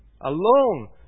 alone